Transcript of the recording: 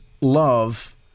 love